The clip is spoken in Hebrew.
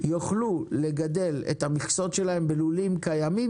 יוכלו לגדל את המכסות שלהם בלולים קיימים,